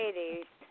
80s